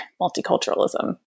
multiculturalism